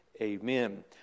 amen